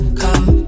come